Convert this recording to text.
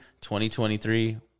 2023